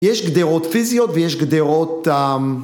יש גדרות פיזיות ויש גדרות...